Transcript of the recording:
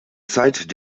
zeit